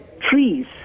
trees